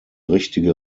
richtige